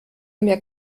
mehr